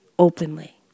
Openly